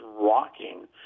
rocking